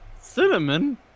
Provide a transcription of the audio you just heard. Cinnamon